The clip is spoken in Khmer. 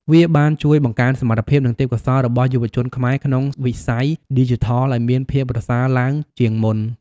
វាបានជួយបង្កើនសមត្ថភាព និងទេពកោសល្យរបស់យុវជនខ្មែរក្នុងវិស័យឌីជីថលឲ្យមានភាពប្រសើរឡើងជាងមុន។